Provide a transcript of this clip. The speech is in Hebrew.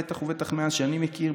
בטח ובטח מאז שאני מכיר,